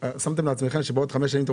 שמתם לעצמכם יעד לפיו בעוד חמש שנים אתם